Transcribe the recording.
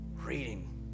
reading